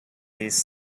these